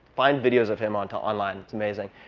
find videos of him and online. it's amazing.